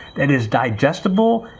and is digestible,